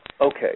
Okay